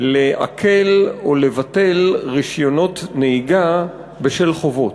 לעקל או לבטל רישיונות נהיגה בשל חובות.